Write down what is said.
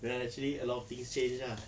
ya actually a lot of things changed ah